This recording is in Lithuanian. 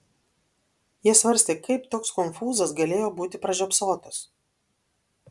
jie svarstė kaip toks konfūzas galėjo būti pražiopsotas